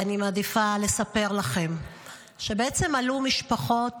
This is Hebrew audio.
אני מעדיפה לספר לכם שעלו משפחות